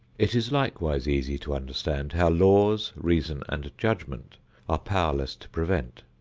it is likewise easy to understand how laws, reason and judgment are powerless to prevent.